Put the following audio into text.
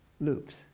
loops